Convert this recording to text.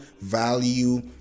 value